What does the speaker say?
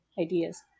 ideas